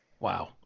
Wow